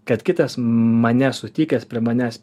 kad kitas mane sutikęs prie manęs